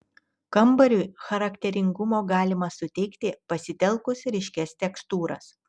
kambariui charakteringumo galima suteikti pasitelkus ryškias tekstūras